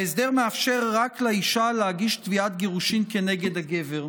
ההסדר מאפשר רק לאישה להגיש תביעת גירושין כנגד הגבר.